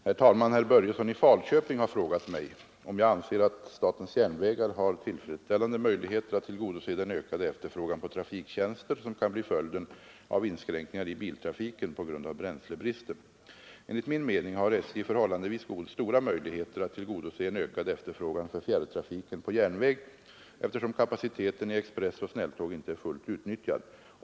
december intagna fråga, nr 366, och anförde: för SJ att tillgodose Herr Börjesson i Falköping har frågat mig om jag anser att SJ har ökad efterfrågan på trafiktjänster tillfredsställande möjligheter att tillgodose den ökade efterfrågan på trafiktjänster som kan bli följden av inskränkningar i biltrafiken på grund av bränslebristen. Enligt min mening har SJ förhållandevis stora möjligheter att tillgodose en ökad efterfrågan för fjärrtrafiken på järnväg, eftersom kapaciteten i expressoch snälltåg inte är fullt utnyttjad.